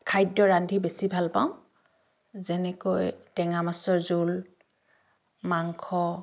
খাদ্য ৰান্ধি বেছি ভাল পাওঁ যেনেকৈ টেঙা মাছৰ জোল মাংস